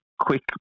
quick